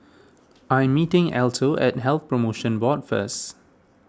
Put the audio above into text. I am meeting Alto at Health Promotion Board first